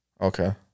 Okay